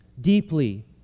deeply